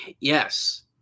Yes